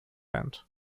hand